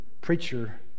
preacher